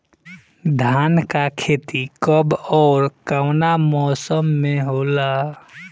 धान क खेती कब ओर कवना मौसम में होला?